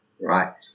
Right